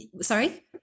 sorry